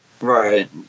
Right